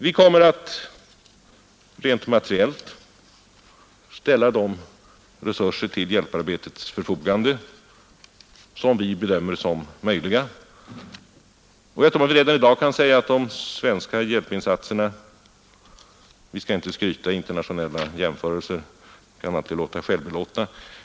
Vi kommer rent materiellt att ställa de resurser till hjälparbetets förfogande som vi bedömer som möjliga. Vi skall inte skryta med de svenska hjälpinsatserna; internationella jämförelser kan alltid låta självbelåtna.